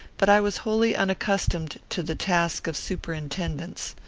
but i was wholly unaccustomed to the task of superintendence.